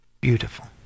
beautiful